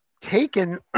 taken